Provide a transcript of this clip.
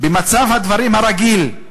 "במצב הדברים הרגיל,